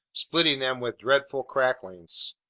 splitting them with dreadful cracklings.